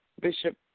Bishop